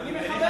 אני מכבד,